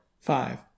five